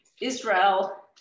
Israel